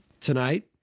tonight